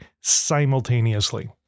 simultaneously